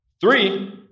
Three